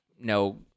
no